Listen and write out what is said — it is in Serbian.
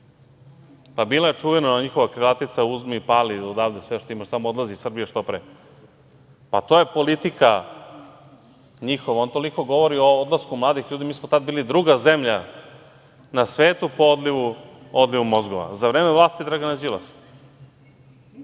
bila je čuvena ona njihova krilatica - uzmi i pali odavde, sve što imaš, samo odlazi iz Srbije što pre. Pa, to je politika njihova. On toliko govori o odlasku mladih ljudi, mi smo tada bili druga zemlja na svetu po odlivu mozgova, za vreme vlasti Dragana